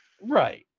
Right